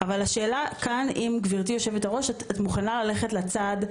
אבל השאלה כאן היא אם גברתי היושבת-ראש את מוכנה ללכת לצד,